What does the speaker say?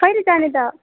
कहिले जाने त